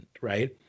right